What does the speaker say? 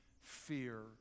fear